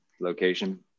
location